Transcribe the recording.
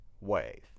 wave